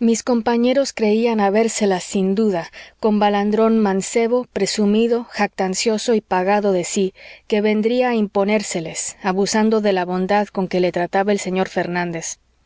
mis compañeros creían habérselas sin duda con balandrón mancebo presumido jactancioso y pagado de sí que vendría a imponérseles abusando de la bondad con que le trataba el señor fernández